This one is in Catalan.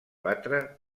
batre